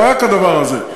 ולא היה כדבר הזה.